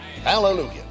Hallelujah